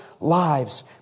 lives